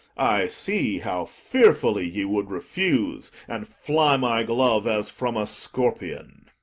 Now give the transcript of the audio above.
i see how fearfully ye would refuse, and fly my glove as from a scorpion.